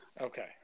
Okay